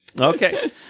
Okay